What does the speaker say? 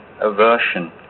aversion